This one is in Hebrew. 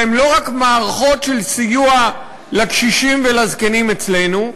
והם לא רק מערכות של סיוע לקשישים ולזקנים אצלנו,